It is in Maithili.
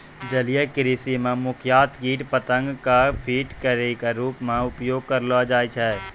जलीय कृषि मॅ मुख्यतया कीट पतंगा कॅ फीड के रूप मॅ उपयोग करलो जाय छै